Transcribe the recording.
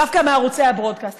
דווקא מערוצי הברודקאסט,